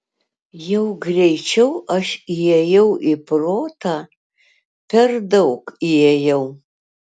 jau greičiau aš įėjau į protą per daug įėjau